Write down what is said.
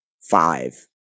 five